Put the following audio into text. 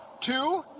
two